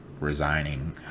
resigning